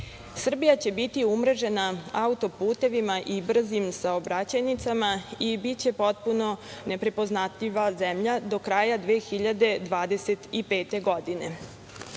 Srbija će biti umrežena auto-putevima i brzim saobraćajnicama i biće potpuno neprepoznatljiva zemlja do kraja 2025. godine. Put